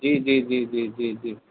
جی جی جی جی جی جی